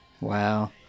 Wow